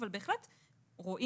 אבל בהחלט רואים,